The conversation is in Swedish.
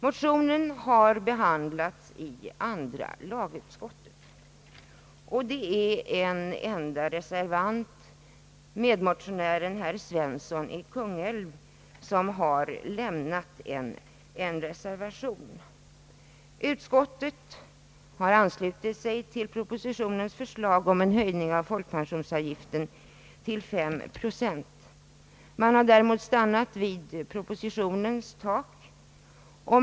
Motionen har behandlats i andra lagutskottet, och en enda ledamot, medmotionären herr Svensson i Kungälv, har reserverat sig. Utskottet har anslutit sig till propositionens förslag om en höjning av folkpensionsavgiften till 5 procent. Man har däremot stannat vid propositionens tak.